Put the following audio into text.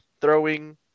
throwing